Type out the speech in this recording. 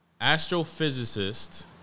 Astrophysicist